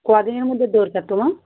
কদিনের মধ্যে দরকার তোমার